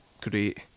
great